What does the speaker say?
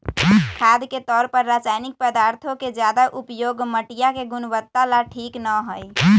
खाद के तौर पर रासायनिक पदार्थों के ज्यादा उपयोग मटिया के गुणवत्ता ला ठीक ना हई